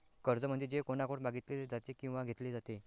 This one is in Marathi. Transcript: कर्ज म्हणजे जे कोणाकडून मागितले जाते किंवा घेतले जाते